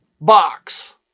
box